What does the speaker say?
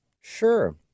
Sure